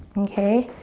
okay.